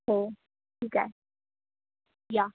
हो ठीक आहे या